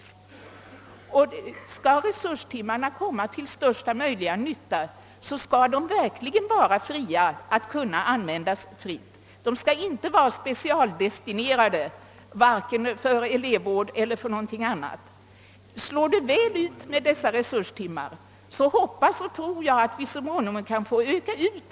Skall resurstimmarna komma till största möjliga nytta måste de verkligen kunna användas fritt och således inte vara specialdestinerade för elevvård eller någonting annat. Slår det väl ut med dessa resurstimmar hoppas och tror jag att vi så småningom kan få flera.